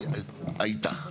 הייתה.